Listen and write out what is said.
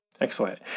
Excellent